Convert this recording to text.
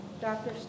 Dr